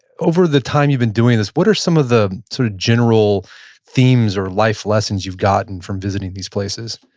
over the time you've been doing this, what are some of the sort of general themes or life lessons you've gotten from visiting these places?